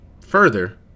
further